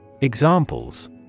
Examples